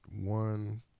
one